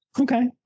okay